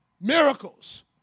miracles